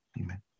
amen